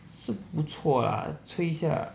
是不错 lah 吹一下